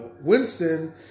Winston